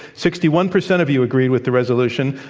sixty one percent of you agreed with the resolution,